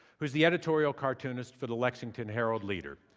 who's the editorial cartoonist for the lexington herald-leader.